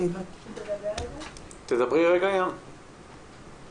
תודה רבה, בוקר טוב.